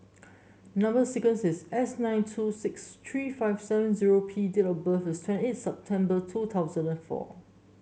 number sequence is S nine two six three five seven zero P date of birth is twenty eight September two thousand and four